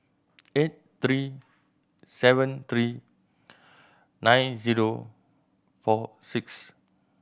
eight three seven three nine zero four six